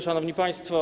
Szanowni Państwo!